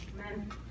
Amen